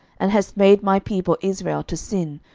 and hast made my people israel to sin,